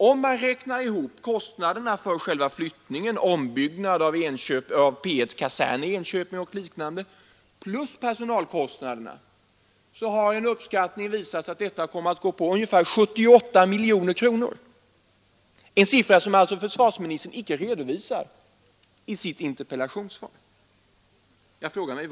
Om man räknar ihop kostnaderna för själva flyttningen och ombyggnaden av P 1:s kasern i Enköping samt personalkostnaderna, så visar en av de gjorda uppskattningarna att det kommer att kosta ungefär 78 miljoner kronor, en summa som försvars ministern inte har redovisat i sitt interpellationssvar. Jag frågar varför.